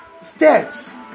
steps